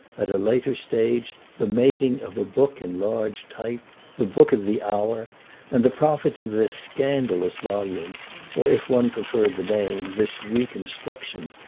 at a later stage, the making of a book in large type the book of the hour and the profits of this scandalous volume or, if one preferred the name, this reconstruction,